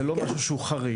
זה לא משהו שהוא חריג.